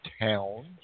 towns